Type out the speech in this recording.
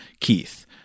Keith